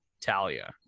Talia